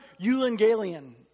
eulengalian